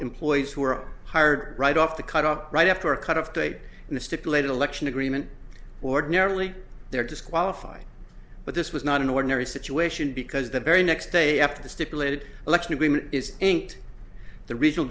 employees who were hired right off the cutoff right after a cutoff date and the stipulated election agreement ordinarily they're disqualified but this was not an ordinary situation because the very next day after the stipulated election is eight the regional